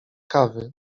kawy